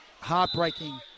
heartbreaking